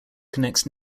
connects